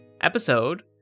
episode